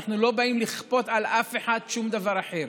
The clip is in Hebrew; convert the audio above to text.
אנחנו לא באים לכפות על אף אחד שום דבר אחר.